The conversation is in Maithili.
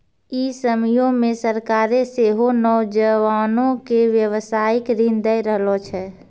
इ समयो मे सरकारें सेहो नौजवानो के व्यवसायिक ऋण दै रहलो छै